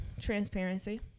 transparency